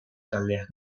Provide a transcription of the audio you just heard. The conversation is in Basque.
taldeak